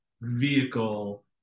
vehicle